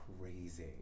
crazy